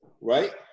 right